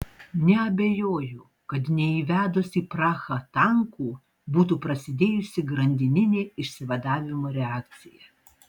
neabejoju kad neįvedus į prahą tankų būtų prasidėjusi grandininė išsivadavimo reakcija